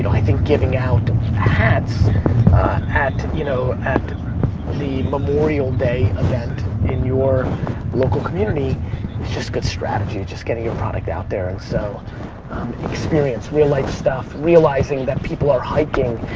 i think giving out hats at you know at the memorial day event in your local community is just good strategy. just getting your product out there. so experience, real life stuff. realizing that people are hiking,